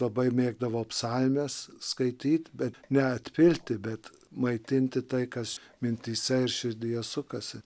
labai mėgdavau psalmes skaityt bet neatpilti bet maitinti tai kas mintyse ir širdyje sukasi